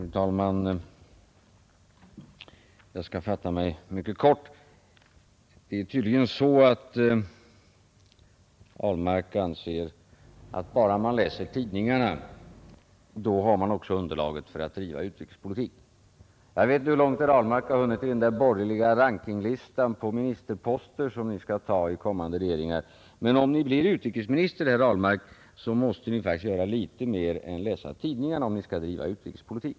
Fru talman! Jag skall fatta mig mycket kort. Det är tydligen så att herr Ahlmark anser att bara man läser tidningarna, då har man också underlaget för att driva utrikespolitik. Jag vet inte hur långt herr Ahlmark har hunnit i den där borgerliga rankinglistan på ministerposter som ni skall ta i kommande regeringar. Men om Ni blir utrikesminister, herr Ahlmark, så måste Ni faktiskt göra litet mer än läsa tidningarna, om Ni skall driva utrikespolitik.